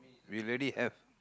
we already have